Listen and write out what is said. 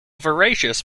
voracious